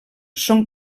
són